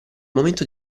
momento